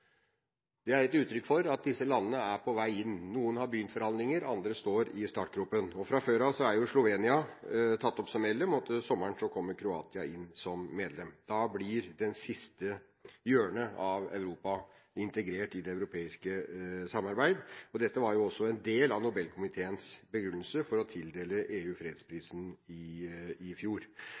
Det er gitt uttrykk for at disse landene er på vei inn. Noen har begynt forhandlinger, andre står i startgropen. Fra før er Slovenia tatt opp som medlem, og til sommeren kommer Kroatia inn som medlem. Da blir det siste hjørnet av Europa integrert i det europeiske samarbeid. Dette var også en del av Nobelkomiteens begrunnelse for å tildele EU fredsprisen i fjor.